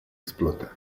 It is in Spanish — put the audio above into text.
explota